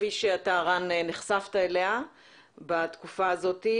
כפי שאתה, רן, נחשפת אליה בתקופה הזאת.